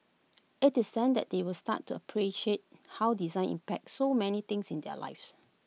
IT is then that they will start to appreciate how design impacts so many things in their lives